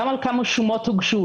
גם על כמה שומות הוגשו,